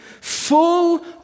Full